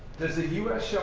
the us